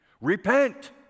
Repent